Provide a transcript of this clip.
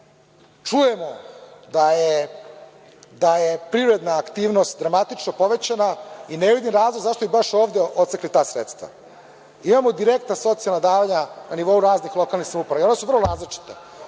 čujemo da je privredna aktivnost dramatično povećana i ne vidim razlog zašto bi baš ovde odsekli ta sredstva. Imamo direktna socijalna davanja na nivou raznih lokalnih samouprava i ona su vrlo različita.